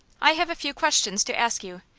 i have a few questions to ask you,